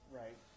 right